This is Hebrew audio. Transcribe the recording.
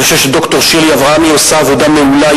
אני חושב שד"ר שירלי אברמי עושה עבודה מעולה.